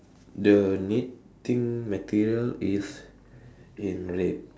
the knitting material is in red